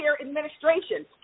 administration